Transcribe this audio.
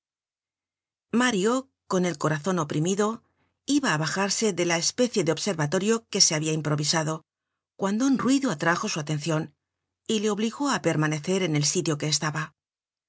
mario con el corazon oprimido iba á bajarse de la especie de observatorio que se habia improvisado cuando un ruido atrajo su atencion y le obligó á permanecer en el sitio que estaba